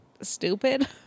stupid